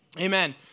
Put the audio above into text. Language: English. Amen